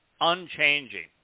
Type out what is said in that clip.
unchanging